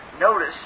Notice